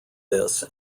this